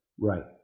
right